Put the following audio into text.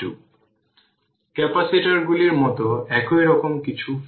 সুতরাং প্যারালাল এ ইন্ডাক্টরগুলি প্যারালাল এ রেজিস্টর এর মতো একইভাবে কম্বাইন হয়